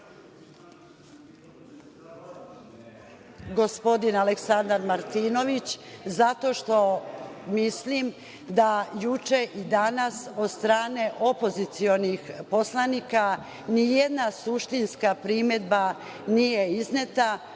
gospodin Aleksandar Martinović, zato što mislim da juče i danas od strane opozicionih poslanika ni jedna suštinska primedba nije izneta,